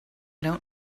don’t